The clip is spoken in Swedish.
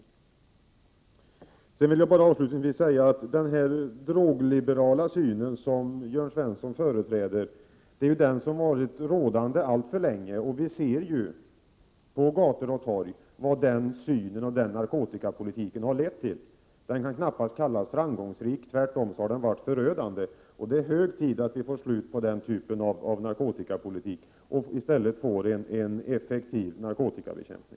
Avslutningsvis vill jag bara säga att den drogliberala syn som Jörn Svensson företräder är den som varit rådande alltför länge, och vi ser ju på gator och torg vad den narkotikapolitiken har lett till. Den kan knappast kallas framgångsrik. Tvärtom har den varit förödande, och det är hög tid att vi får slut på den typen av narkotikapolitik och i stället får en effektiv narkotikabekämpning.